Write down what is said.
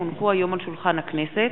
כי הונחו היום על שולחן הכנסת,